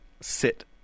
sit